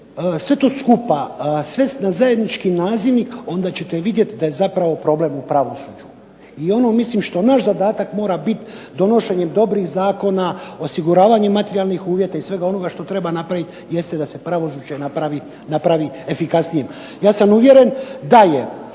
sve to skupa, svest na zajednički nazivnik onda ćete vidjeti da je zapravo problem u pravosuđu. I ono što naš zadatak mora biti donošenjem dobrih zakona, osiguravanjem materijalnih uvjeta i svega ono što treba napraviti jeste da se pravosuđe napravi efikasnijim. Ja sam uvjeren da je